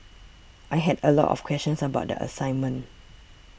I had a lot of questions about the assignment